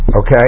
okay